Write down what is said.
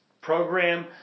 program